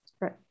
Right